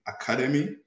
Academy